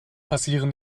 passieren